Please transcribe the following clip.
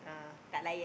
uh